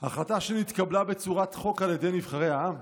החלטה שנתקבלה בצורת חוק על ידי נבחרי העם?